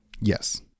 Yes